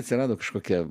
atsirado kažkokia